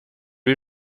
les